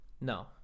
No